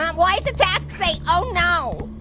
um why does the task say oh no?